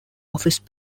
office